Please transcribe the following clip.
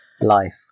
life